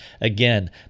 Again